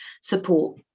support